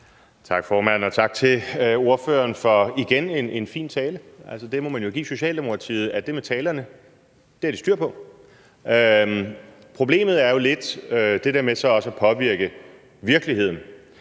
Tak, formand. Og tak til ordføreren for, igen, en fin tale. Altså, det må man jo give Socialdemokratiet: Det med talerne har de styr på. Problemet er jo lidt det der med så også at påvirke virkeligheden.